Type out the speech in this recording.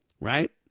right